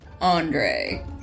Andre